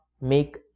make